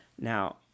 Now